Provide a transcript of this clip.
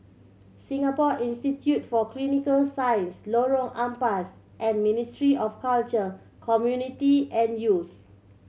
Singapore Institute for Clinical Science Lorong Ampas and Ministry of Culture Community and Youth